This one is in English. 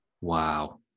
Wow